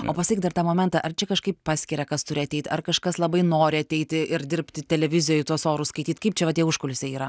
o pasakyk dar tą momentą ar čia kažkaip paskiria kas turi ateit ar kažkas labai nori ateiti ir dirbti televizijoj tuos orus skaityt kaip čia tie užkulisiai yra